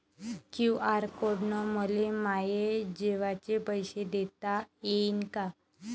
QR code न मले माये जेवाचे पैसे देता येईन का?